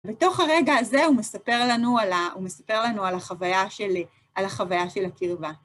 בתוך הרגע הזה הוא מספר לנו על ה, הוא מספר לנו על החוויה של אה על החוויה של הקרבה.